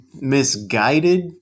misguided